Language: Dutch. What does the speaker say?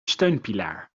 steunpilaar